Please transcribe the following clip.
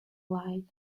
light